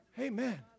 Amen